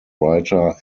writer